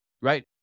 Right